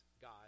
God